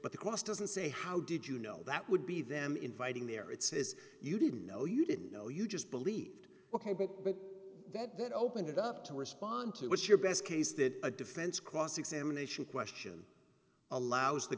but the cost and say how did you know that would be them inviting there it says you didn't know you didn't know you just believed that that opened it up to respond to what's your best case that a defense cross examination question allows the